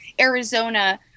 Arizona